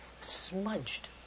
smudged